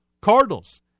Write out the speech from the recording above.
Cardinals